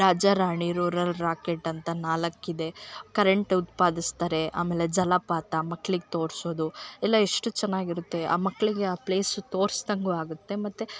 ರಾಜ Rani Roarer Rocket ಅಂತ ನಾಲ್ಕು ಇದೆ ಕರೆಂಟ್ ಉತ್ಪಾದಿಸ್ತಾರೆ ಆಮೇಲೆ ಜಲಪಾತ ಮಕ್ಳಿಗೆ ತೋರ್ಸೋದು ಎಲ್ಲ ಎಷ್ಟು ಚೆನ್ನಾಗಿರುತ್ತೆ ಆ ಮಕ್ಕಳಿಗೆ ಆ ಪ್ಲೇಸ್ ತೋರ್ಸದಂಗು ಆಗುತ್ತೆ ಮತ್ತು